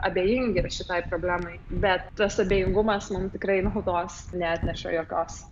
abejingi šitai problemai bet tas abejingumas mum tikrai naudos neatneša jokios